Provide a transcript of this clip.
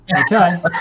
Okay